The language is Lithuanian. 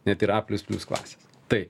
net ir a plius plius klasės tai